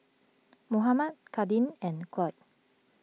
Mohammad Kadin and Cloyd